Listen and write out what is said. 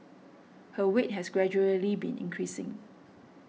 her weight has gradually been increasing